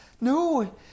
No